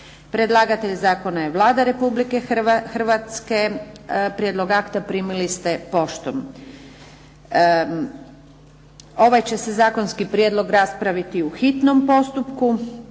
Predlagatelj zakona je Vlada Republike Hrvatske. Prijedlog akta primili ste poštom. Ovaj će se zakonski prijedlog raspraviti u hitnom postupku.